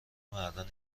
مردان